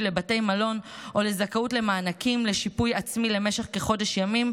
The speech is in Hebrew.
לבתי מלון או לזכאות למענקים לשיפוי עצמי למשך כחודש ימים,